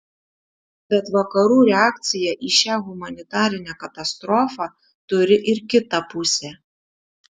bet vakarų reakcija į šią humanitarinę katastrofą turi ir kitą pusę